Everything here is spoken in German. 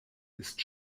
ist